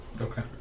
Okay